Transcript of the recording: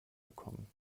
bekommen